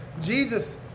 Jesus